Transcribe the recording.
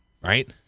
right